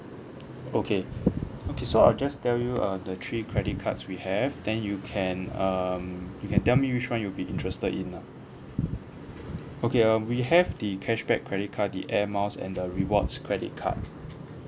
okay okay so I'll just tell you uh the three credit cards we have then you can um you can tell me which one you be interested in lah okay um we have the cashback credit card the Air Miles and the rewards credit card um